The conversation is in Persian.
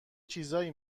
چیزایی